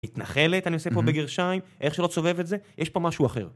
מתנחלת, אני עושה פה בגרשיים, איך שלא תסובב את זה, יש פה משהו אחר.